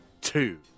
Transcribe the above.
two